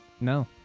No